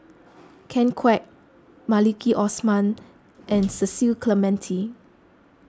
Ken Kwek Maliki Osman and Cecil Clementi